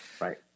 Right